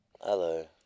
Hello